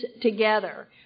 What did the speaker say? together